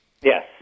Yes